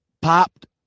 Popped